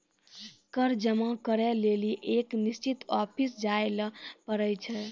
कर जमा करै लेली एक निश्चित ऑफिस जाय ल पड़ै छै